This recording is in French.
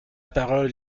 parole